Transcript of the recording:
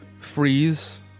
freeze